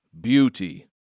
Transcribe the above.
Beauty